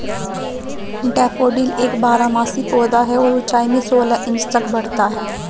daffodil एक बारहमासी पौधा है और ऊंचाई में सोलह इंच तक बढ़ता है